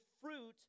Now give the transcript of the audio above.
fruit